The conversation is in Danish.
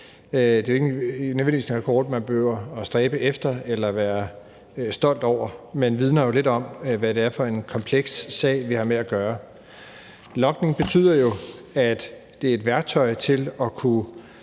Det er ikke nødvendigvis en rekord, man behøver at stræbe efter eller være stolt over, men den vidner jo lidt om, hvad det er for en kompleks sag, vi har med at gøre. Logning betyder jo, at det er et værktøj til at kunne